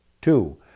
two